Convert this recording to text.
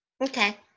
Okay